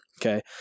Okay